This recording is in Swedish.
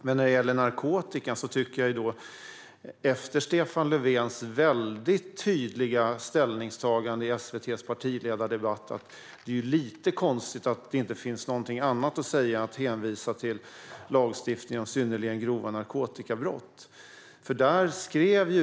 Men när det gäller narkotika tycker jag, efter Stefan Löfvens väldigt tydliga ställningstagande i SVT:s partiledardebatt, att det är lite konstigt att det inte finns någonting annat att säga än att hänvisa till lagstiftningen om synnerligen grova narkotikabrott.